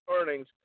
earnings